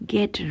Get